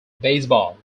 baseball